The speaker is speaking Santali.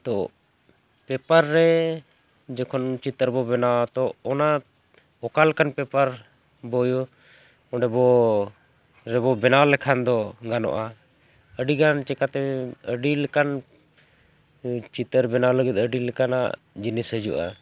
ᱛᱚ ᱯᱮᱯᱟᱨ ᱨᱮ ᱡᱚᱠᱷᱚᱱ ᱪᱤᱛᱟᱹᱨ ᱵᱚᱱ ᱵᱮᱱᱟᱣᱟ ᱛᱚ ᱚᱱᱟ ᱚᱠᱟ ᱞᱮᱠᱟᱱ ᱯᱮᱯᱟᱨ ᱵᱳᱭᱳ ᱚᱸᱰᱮ ᱵᱚᱱ ᱨᱮᱵᱚᱱ ᱵᱮᱱᱟᱣ ᱞᱮᱠᱷᱟᱱ ᱫᱚ ᱜᱟᱱᱚᱜᱼᱟ ᱟᱹᱰᱤ ᱜᱟᱱ ᱪᱤᱠᱟᱹᱛᱮ ᱟᱹᱰᱤ ᱞᱮᱠᱟᱱ ᱪᱤᱛᱟᱹᱨ ᱵᱮᱱᱟᱣ ᱞᱟᱹᱜᱤᱫ ᱟᱹᱰᱤ ᱞᱮᱠᱟᱱᱟᱜ ᱡᱤᱱᱤᱥ ᱦᱤᱡᱩᱜᱼᱟ